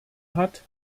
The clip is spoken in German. hat